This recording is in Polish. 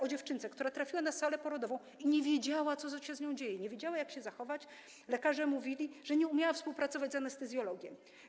O dziewczynce, która trafiła na salę porodową i nie wiedziała, co się z nią dzieje, nie wiedziała, jak się zachować, lekarze mówili, że nie umiała współpracować z anestezjologiem.